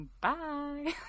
Bye